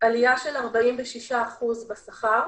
עלייה של 46% בשכר